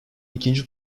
ikinci